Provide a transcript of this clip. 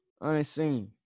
unseen